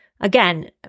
Again